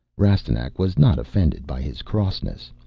rastignac was not offended by his crossness.